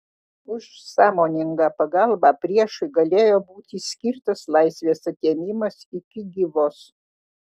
už sąmoningą pagalbą priešui galėjo būti skirtas laisvės atėmimas iki gyvos